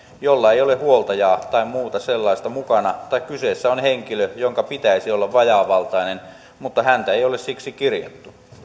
jolla ei ole huoltajaa tai muuta sellaista mukana tai kyseessä on henkilö jonka pitäisi olla vajaavaltainen mutta häntä ei ole siksi kirjattu